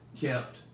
kept